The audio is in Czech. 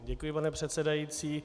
Děkuji, pane předsedající.